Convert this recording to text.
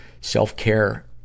self-care